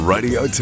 Radio